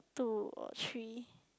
two or three